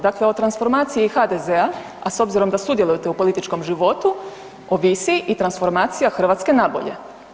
Dakle, o transformaciji HDZ-a, a s obzirom da sudjelujete u političkom životu, ovisi i transformacije Hrvatske nabolje.